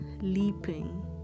leaping